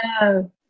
No